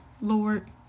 Lord